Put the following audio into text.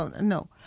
no